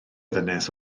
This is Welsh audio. ddynes